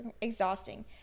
exhausting